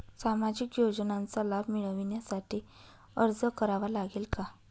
सामाजिक योजनांचा लाभ मिळविण्यासाठी अर्ज करावा लागेल का?